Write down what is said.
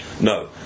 no